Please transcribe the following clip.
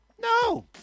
no